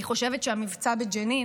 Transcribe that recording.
אני חושבת שהמבצע בג'נין